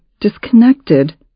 disconnected